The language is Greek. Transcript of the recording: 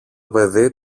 παιδί